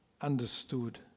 understood